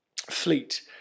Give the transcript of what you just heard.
fleet